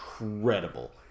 incredible